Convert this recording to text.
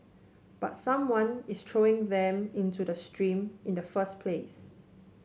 but someone is throwing them into the stream in the first place